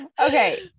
Okay